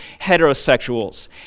heterosexuals